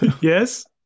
yes